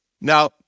Now